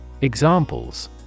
Examples